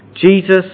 Jesus